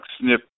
snip